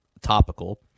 topical